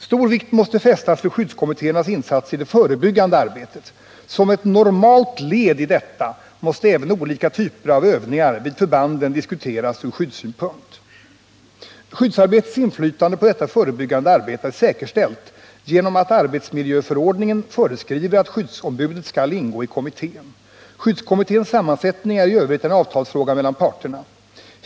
Stor vikt måste fästas vid skyddskommittéernas insats i det förebyggande arbetet. Som ett normalt led i detta måste även olika typer av övningar vid förbanden diskuteras från skyddssynpunkt. Skyddsarbetets inflytande på detta förebyggande arbete är säkerställt genom att arbetsmiljöförordningen föreskriver att skyddsombudet skall ingå i kommittén. Skyddskommitténs sammansättning är i övrigt en avtalsfråga mellan parterna.